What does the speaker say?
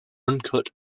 uncut